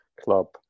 club